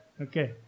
Okay